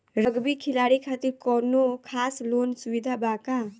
Rugby खिलाड़ी खातिर कौनो खास लोन सुविधा बा का?